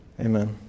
Amen